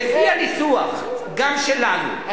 לפי הניסוח גם שלנו,